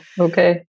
Okay